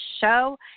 show